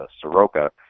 Soroka